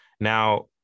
Now